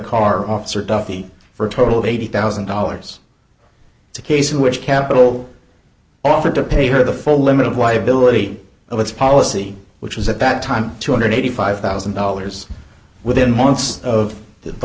car officer duffy for a total of eighty thousand dollars it's a case in which capital offered to pay her the full limited liability of its policy which was at that time two hundred and eighty five thousand dollars within months of the